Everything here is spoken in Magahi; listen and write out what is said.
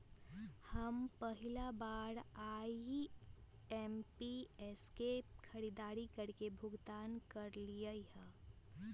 हम पहिला बार आई.एम.पी.एस से खरीदारी करके भुगतान करलिअई ह